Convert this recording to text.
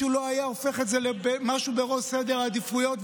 מישהו לא היה הופך את זה למשהו בראש סדר העדיפויות,